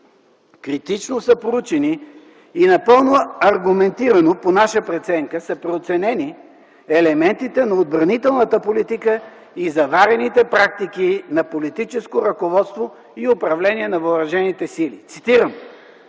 Критично са проучени и напълно аргументирано по наша преценка са преоценени елементите на отбранителната политика и заварените практики на политическо ръководство и управление на Въоръжените сили. „В